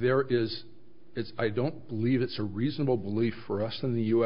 there is it i don't believe it's a reasonable belief for us in the u